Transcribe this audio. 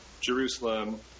Jerusalem